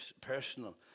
personal